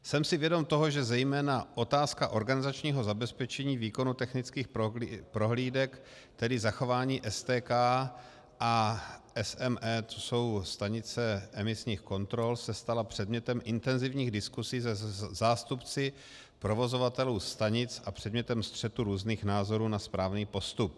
Jsem si vědom toho, že zejména otázka organizačního zabezpečení výkonu technických prohlídek, tedy zachování STK a SEM, to jsou stanice emisních kontrol, se stala předmětem intenzivních diskusí se zástupci provozovatelů stanic a předmětem střetu různých názorů na správný postup.